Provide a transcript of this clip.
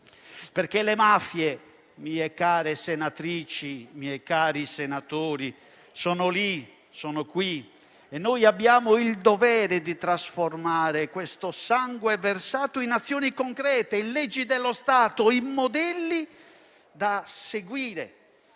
perché le mafie - mie care senatrici, miei cari senatori - sono lì, sono qui e noi abbiamo il dovere di trasformare il sangue versato in azioni concrete, in leggi dello Stato, in modelli da seguire